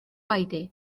aire